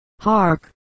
Hark